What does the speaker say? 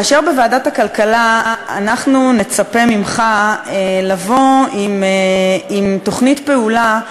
ובוועדת הכלכלה אנחנו נצפה ממך לבוא עם תוכנית פעולה,